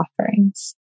offerings